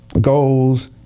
goals